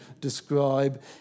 describe